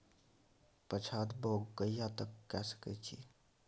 पछात बौग कहिया तक के सकै छी?